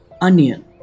onion